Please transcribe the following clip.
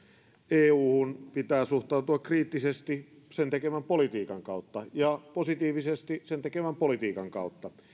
euhun pitää suhtautua kriittisesti sen tekemän politiikan kautta ja positiivisesti sen tekemän politiikan kautta